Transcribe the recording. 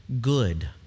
good